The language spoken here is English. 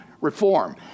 reform